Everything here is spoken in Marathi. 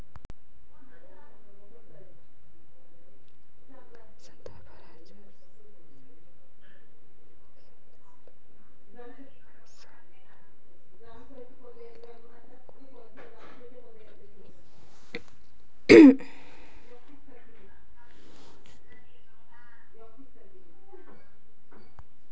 संत्रा फळाचा सार वाढवायले कोन्या खताचा वापर करू?